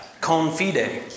confide